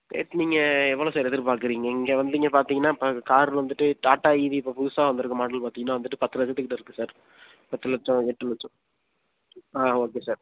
rate நீங்கள் எவ்வளோ sir எதிர்பார்க்குறீங்க இங்கே வந்து நீங்கள் பார்த்திங்கன்னா இப்போ கார் வந்துட்டு டாடா ஈவி இப்போது புதுசாக வந்துருக்கிற மாடல் பார்த்திங்கன்னா வந்துட்டு பத்து லட்சத்துக்கிட்ட இருக்குது சார் பத்து லட்சம் எட்டு லட்சம் ஆ ஓகே சார்